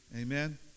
Amen